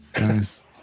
Nice